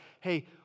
Hey